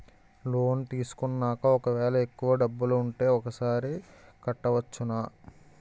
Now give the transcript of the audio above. Loan తీసుకున్నాక ఒకవేళ ఎక్కువ డబ్బులు ఉంటే ఒకేసారి కట్టవచ్చున?